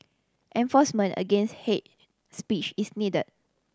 enforcement against hate speech is needed